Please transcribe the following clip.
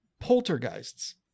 Poltergeists